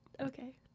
okay